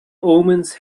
omens